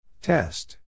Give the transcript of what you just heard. Test